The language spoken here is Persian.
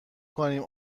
کنیم